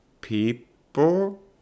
people